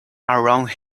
around